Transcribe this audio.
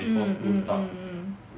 mm mm mm mm